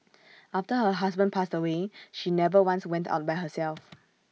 after her husband passed away she never once went out by herself